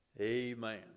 Amen